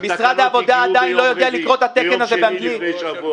התקנות הגיעו ביום רביעי לפני שבוע.